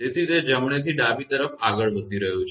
તેથી તે જમણેથી ડાબે તરફ આગળ વધી રહ્યું છે